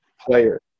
player